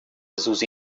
susi